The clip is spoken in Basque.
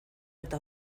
eta